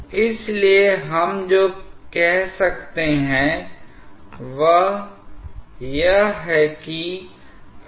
मान लीजिए कि आपके पास एक स्ट्रीम लाइन है इसके जैसे और दूसरी स्ट्रीम लाइन जो एक दूसरे के बहुत करीब है